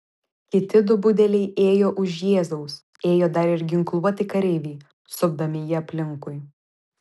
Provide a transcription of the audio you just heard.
kiti du budeliai ėjo už jėzaus ėjo dar ir ginkluoti kareiviai supdami jį aplinkui